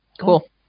Cool